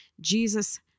Jesus